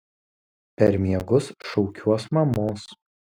per miegus šaukiuos mamos